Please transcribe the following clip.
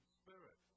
spirit